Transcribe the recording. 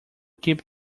keep